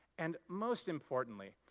and, most importantly,